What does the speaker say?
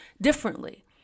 differently